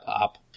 up